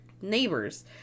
neighbors